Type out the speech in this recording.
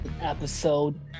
episode